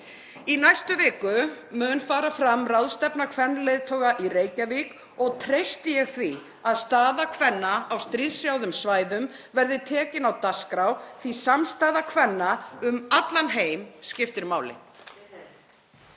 Í næstu viku mun fara fram ráðstefna kvenleiðtoga í Reykjavík og treysti ég því að staða kvenna á stríðshrjáðum svæðum verði tekin á dagskrá því að samstaða kvenna um allan heim skiptir máli.